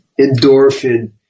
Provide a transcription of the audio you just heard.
endorphin